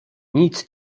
nic